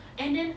and then